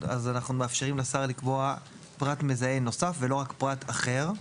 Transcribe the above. אז אנחנו מאפשרים לשר לקבוע פרט מזהה נוסף ולא רק פרט אחר.